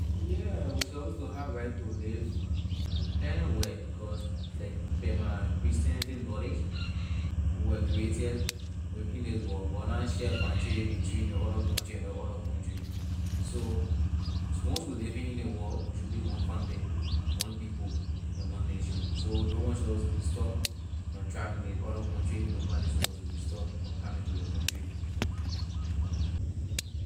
Yeah we suppose to have right to live anywhere because like per my christianity knowledge we were created within this world god na share boundary between ley other country and ley other country so once we living in this world we should be one family one people and one nation so no one supposed to be stop from traveling ley other country and nobody supposed to be stop from coming to your country.